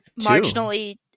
marginally